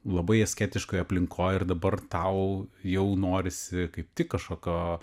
labai asketiškoj aplinkoj ir dabar tau jau norisi kaip tik kažkokio